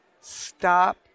Stop